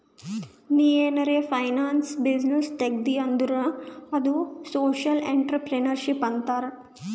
ನೀ ಏನಾರೆ finance business ತೆಗ್ದಿ ಅಂದುರ್ ಅದು ಸೋಶಿಯಲ್ ಇಂಟ್ರಪ್ರಿನರ್ಶಿಪ್ ಅಂತಾರ್